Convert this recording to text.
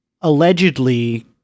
Allegedly